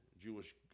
Jewish